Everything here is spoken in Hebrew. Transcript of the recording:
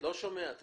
על ידי